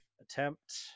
attempt